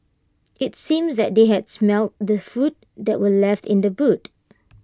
IT seems that they had smelt the food that were left in the boot